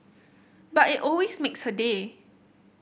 but it always makes her day